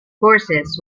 forces